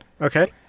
Okay